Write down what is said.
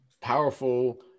powerful